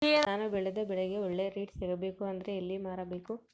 ನಾನು ಬೆಳೆದ ಬೆಳೆಗೆ ಒಳ್ಳೆ ರೇಟ್ ಸಿಗಬೇಕು ಅಂದ್ರೆ ಎಲ್ಲಿ ಮಾರಬೇಕು?